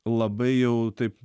labai jau taip